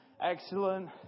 Excellent